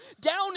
down